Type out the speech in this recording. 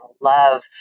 love